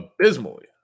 abysmally